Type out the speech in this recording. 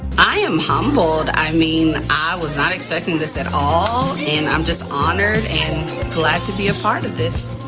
i am humbled, i mean i was not expecting this at all and i'm just honored and glad to be a part of this.